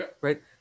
right